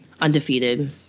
Undefeated